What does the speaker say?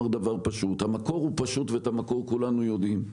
דבר פשוט: המקור הוא פשוט וכולנו יודעים מהו.